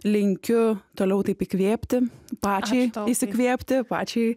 linkiu toliau taip įkvėpti pačiai įsikvėpti pačiai